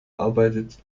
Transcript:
arbeitet